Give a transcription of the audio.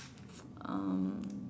um